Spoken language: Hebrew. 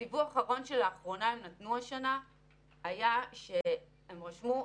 הדיווח האחרון שלאחרונה הם נתנו השנה היה שהם רשמו,